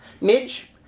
Midge